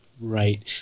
Right